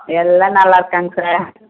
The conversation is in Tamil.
எல்லாம் நல்லாயிருக்காங்க சார்